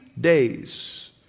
days